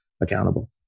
accountable